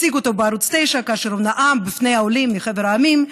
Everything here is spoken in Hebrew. הציג אותו בערוץ 9 כאשר הוא נאם לפני העולים מחבר המדינות.